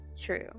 true